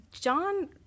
John